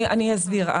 אני אסביר.